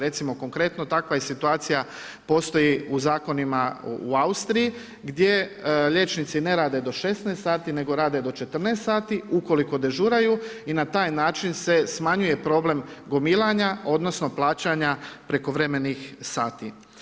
Recimo konkretno takva je situacija postoji u zakonima u Austriji, gdje liječnici ne rade do 16 h, nego rade do 14 h ukoliko dežuraju i na taj način se smanjuje problem gomilanja, odnosno, plaćanja prekovremenih sati.